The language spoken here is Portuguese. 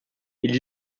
eles